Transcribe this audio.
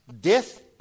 death